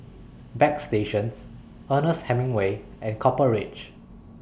Bagstationz Ernest Hemingway and Copper Ridge